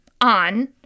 on